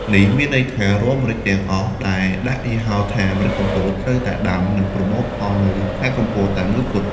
នេះមានន័យថារាល់ម្រេចទាំងអស់ដែលដាក់យីហោថា “ម្រេចកំពត” ត្រូវតែដាំ និងប្រមូលផល នៅខេត្តកំពតតែមួយគត់។